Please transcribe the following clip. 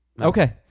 Okay